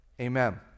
Amen